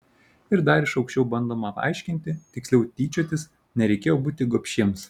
ir dar iš aukščiau bandoma aiškinti tiksliau tyčiotis nereikėjo būti gobšiems